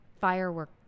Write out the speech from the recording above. firework